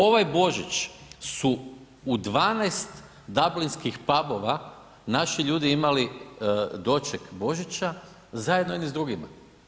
Ovaj Božić su u 12 dublinskih pubova naši ljudi imali doček Božića zajedno jedni s drugima.